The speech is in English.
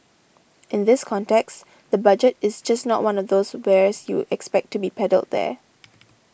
in this context the Budget is just not one of those wares you expect to be peddled there